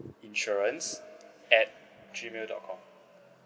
insurance at G mail dot com